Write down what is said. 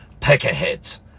peckerheads